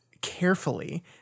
carefully